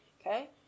okay